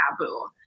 taboo